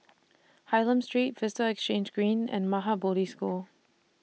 Hylam Street Vista Exhange Green and Maha Bodhi School